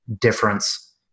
difference